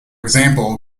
example